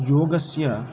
योगस्य